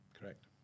Correct